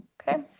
okay.